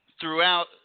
throughout